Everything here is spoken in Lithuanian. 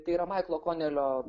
tai yra maiklo konelio